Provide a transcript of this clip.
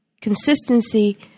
Consistency